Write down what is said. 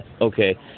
okay